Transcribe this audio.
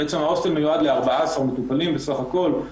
ההוסטל מיועד ל-14 מטופלים בסך הכול.